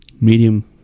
Medium